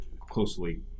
closely